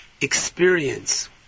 experience